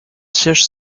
siège